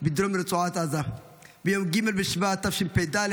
בדרום רצועת עזה ביום ג' בשבט תשפ"ד,